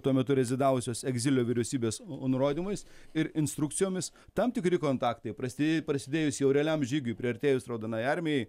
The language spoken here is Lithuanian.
tuo metu rezidavusios egzilio vyriausybės nurodymais ir instrukcijomis tam tikri kontaktai prasidė prasidėjus jau realiam žygiui priartėjus raudonajai armijai